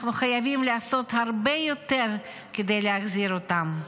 אנחנו חייבים לעשות הרבה יותר כדי להחזיר אותם.